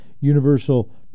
Universal